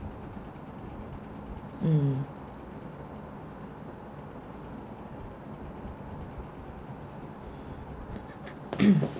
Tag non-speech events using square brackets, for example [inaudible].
mm [coughs]